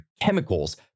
chemicals